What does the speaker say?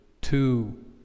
two